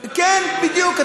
ללכת לחברת חשמל, כן, בדיוק.